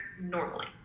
normally